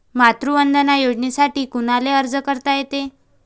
मातृवंदना योजनेसाठी कोनाले अर्ज करता येते?